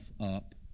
up